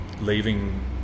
leaving